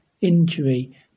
injury